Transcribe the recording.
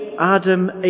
Adam